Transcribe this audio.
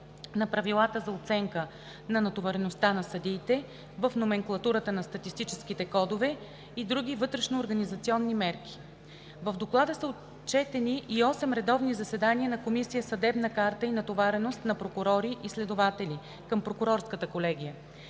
на Правилата за оценка на натовареността на съдиите, в номенклатурата на статистическите кодове и други вътрешноорганизационни мерки. В Доклада са отчетени и 8 редовни заседания на Комисия „Съдебна карта и натовареност на прокурори и следователи“ към Прокурорската колегия.